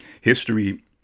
history